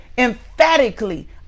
emphatically